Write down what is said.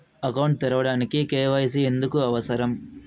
Account తెరవడానికి, KYC ఎందుకు అవసరం?